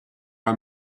are